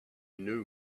knew